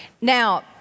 Now